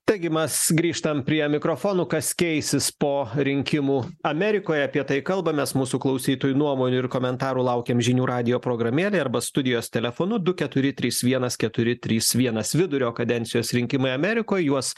taigi mes grįžtam prie mikrofonų kas keisis po rinkimų amerikoje apie tai kalbamės mūsų klausytojų nuomonių ir komentarų laukiam žinių radijo programėlėj arba studijos telefonu du keturi trys vienas keturi trys vienas vidurio kadencijos rinkimai amerikoj juos